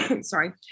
sorry